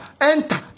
enter